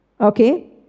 Okay